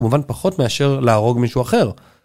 כמובן פחות מאשר להרוג מישהו אחר.